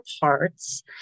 parts